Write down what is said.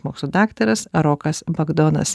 mokslų daktaras rokas bagdonas